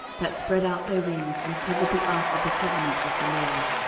that spread out their wings, and covered the ark of the covenant of the lord.